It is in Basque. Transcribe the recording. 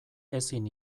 ezin